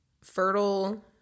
fertile